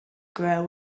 grow